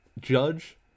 Judge